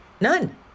None